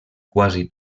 quasi